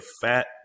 fat